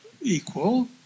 equal